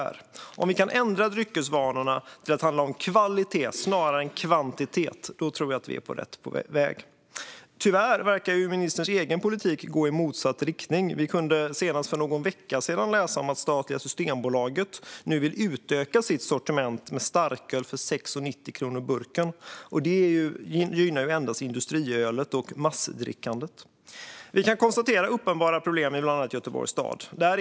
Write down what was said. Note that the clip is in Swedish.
Om vi kan ändra dryckesvanorna till att handla om kvalitet snarare än kvantitet tror jag att vi är på rätt väg. Tyvärr verkar ministerns egen politik gå i motsatt riktning. Senast för någon vecka sedan kunde vi läsa att statliga Systembolaget vill utöka sitt sortiment av starköl för 6,90 kronor per burk. Det gynnar endast industriölet och massdrickandet. Vi kan konstatera att det i bland annat Göteborgs stad finns uppenbara problem.